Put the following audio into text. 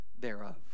thereof